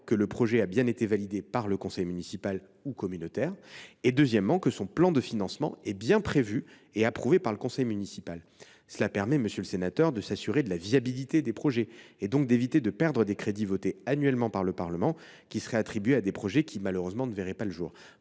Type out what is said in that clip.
que le projet a bien été validé par le conseil municipal ou communautaire, et, deuxièmement, que son plan de financement a bien été prévu et approuvé par le conseil municipal. Cela permet de s’assurer de la viabilité des projets, donc d’éviter de perdre des crédits votés annuellement par le Parlement en les attribuant à des projets qui, hélas, ne verraient pas le jour.